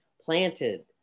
planted